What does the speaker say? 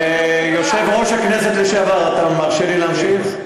יושב-ראש הכנסת לשעבר, אתה מרשה לי להמשיך?